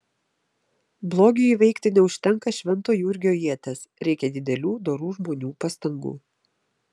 blogiui įveikti neužtenka švento jurgio ieties reikia didelių dorų žmonių pastangų